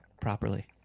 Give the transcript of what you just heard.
properly